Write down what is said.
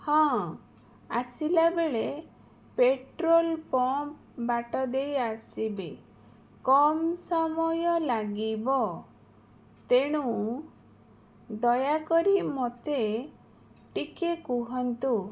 ହଁ ଆସିଲା ବେଳେ ପେଟ୍ରୋଲପମ୍ପ ବାଟ ଦେଇ ଆସିବେ କମ୍ ସମୟ ଲାଗିବ ତେଣୁ ଦୟାକରି ମୋତେ ଟିକେ କୁହନ୍ତୁ